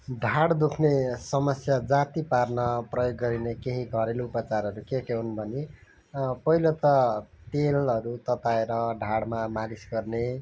ढाड दुख्ने समस्या जाती पार्न प्रयोग गरिने केही घरेलु उपचारहरू के के हुन् भने पहिलो त तेलहरू तताएर ढाडमा मालिस गर्ने